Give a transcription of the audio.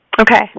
Okay